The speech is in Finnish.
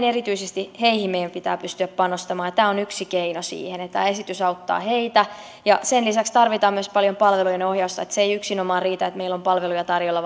erityisesti heihin meidän pitää pystyä panostamaan ja tämä on yksi keino siihen tämä esitys auttaa heitä sen lisäksi tarvitaan myös paljon palvelujen ohjausta se ei yksinomaan riitä että meillä on palveluja tarjolla